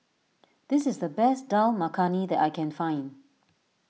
this is the best Dal Makhani that I can find